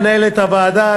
מנהלת הוועדה,